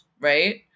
Right